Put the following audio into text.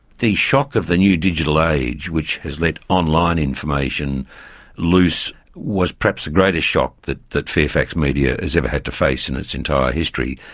the shock of the new digital age, which has let online information loose, was perhaps the greatest shock that that fairfax media has ever had to face in its entire history.